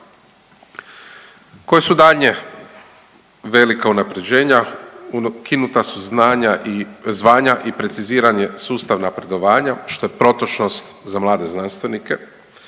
Koja su daljnja velika unaprjeđenja, ukinuta su znanja i, zvanja i preciziran je sustav napredovanja što je protočnost za mlade znanstvenike.